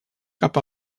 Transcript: cap